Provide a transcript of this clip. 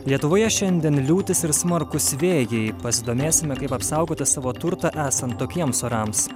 lietuvoje šiandien liūtis ir smarkūs vėjai pasidomėsime kaip apsaugoti savo turtą esant tokiems orams